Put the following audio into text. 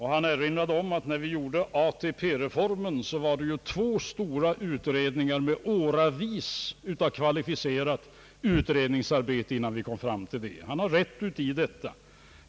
Han erinrade om ait när vi genomförde ATP-reformen, föregicks den av två stora utredningar med åratal av kvalificerat utredningsarbete. Han har rätt i detta.